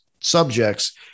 subjects